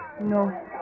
No